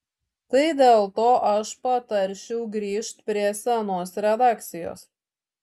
tai dėl to aš patarčiau grįžt prie senos redakcijos